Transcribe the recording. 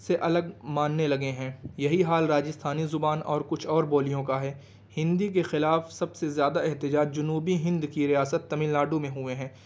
سے الگ ماننے لگے ہیں یہی حال راجستھانی زبان اور کچھ اور بولیوں کا ہے ہندی کے خلاف سب سے زیادہ احتجاج جنوبی ہند کی ریاست تمل ناڈو میں ہوئے ہیں